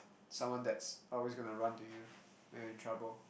someone that's always going to run to you when you in trouble